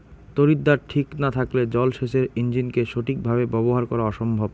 তড়িৎদ্বার ঠিক না থাকলে জল সেচের ইণ্জিনকে সঠিক ভাবে ব্যবহার করা অসম্ভব